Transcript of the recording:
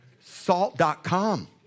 salt.com